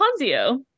Ponzio